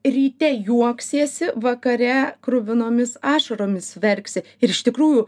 ryte juoksiesi vakare kruvinomis ašaromis verksi ir iš tikrųjų